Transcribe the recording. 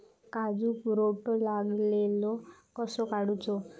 काजूक रोटो लागलेलो कसो काडूचो?